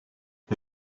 the